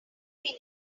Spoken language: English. mean